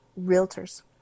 realtors